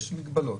יש מגבלות,